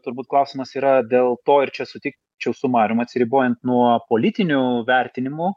turbūt klausimas yra dėl to ir čia sutikčiau su marium atsiribojant nuo politinių vertinimų